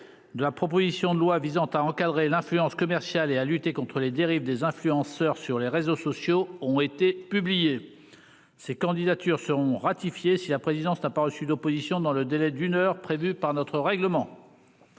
De la proposition de loi visant à encadrer l'influence commerciale et à lutter contre les dérive des influenceurs sur les réseaux sociaux ont été publiés. Ces candidatures sont ratifiées si la présidence n'a pas reçu d'opposition dans le délai d'une heure prévue par notre règlement.